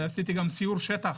עשיתי גם סיור שטח,